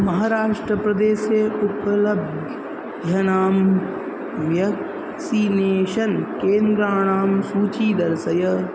महाराष्ट्रप्रदेशे उपलभ्यानां व्यक्सिनेषन् केन्द्राणां सूची दर्सय